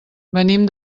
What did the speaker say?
venim